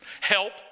Help